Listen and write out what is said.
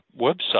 website